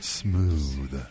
smooth